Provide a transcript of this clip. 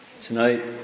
Tonight